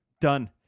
Done